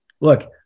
look